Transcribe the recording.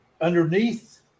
underneath